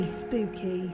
spooky